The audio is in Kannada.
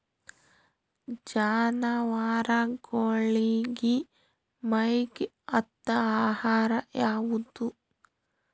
ಜಾನವಾರಗೊಳಿಗಿ ಮೈಗ್ ಹತ್ತ ಆಹಾರ ಯಾವುದು?